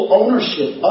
ownership